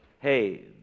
hey